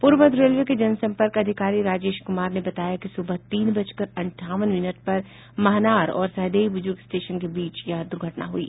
पूर्व मध्य रेलवे के जनसंपर्क अधिकारी राजेश कुमार ने बताया कि सुबह तीन बजकर अंठावन मिनट पर महनार और सहदेई बुजुर्ग स्टेशन के बीच यह दुर्घटना हुई